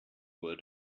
uhr